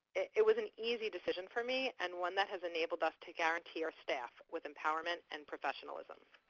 it was an easy decision for me and one that has enabled us to guarantee our staff with empowerment and professionalism.